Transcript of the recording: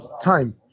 time